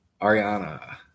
Ariana